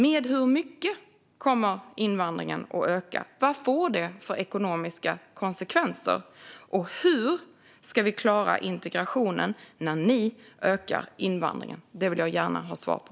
Med hur mycket kommer invandringen att öka? Vad får det för ekonomiska konsekvenser? Och hur ska vi klara integrationen när ni ökar invandringen? Det vill jag gärna ha svar på.